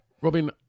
Robin